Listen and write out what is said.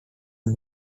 one